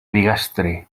bigastre